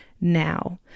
now